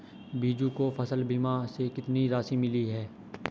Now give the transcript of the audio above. बीजू को फसल बीमा से कितनी राशि मिली है?